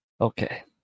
Okay